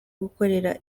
gukorera